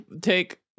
take